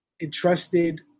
entrusted